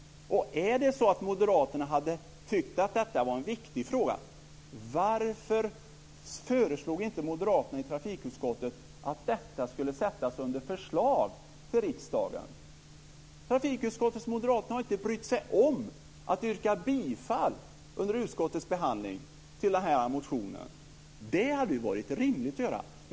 Om Moderaterna tyckte att detta var en viktig fråga, varför föreslog inte Moderaterna i trafikutskottet att detta skulle föreslås riksdagen? Trafikutskottets moderater har inte brytt sig om att under utskottets behandling yrka bifall till motionen. Det hade varit rimligt att göra.